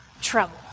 Trouble